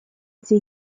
эти